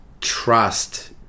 trust